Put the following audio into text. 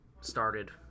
started